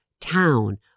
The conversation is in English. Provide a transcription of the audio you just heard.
town